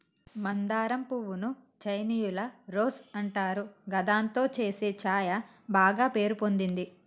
మందారం పువ్వు ను చైనీయుల రోజ్ అంటారు గిదాంతో చేసే ఛాయ బాగ పేరు పొందింది